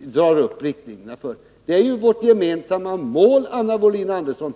har dragit upp riktlinjerna för. Det är vårt gemensamma mål, Anna Wohlin-Andersson.